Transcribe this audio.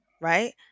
right